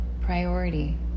priority